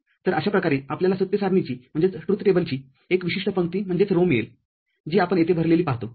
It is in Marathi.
तर अशा प्रकारे आपल्याला सत्य सारणीची एक विशिष्ट पंक्ती मिळेलजी आपण येथे भरलेली पाहतो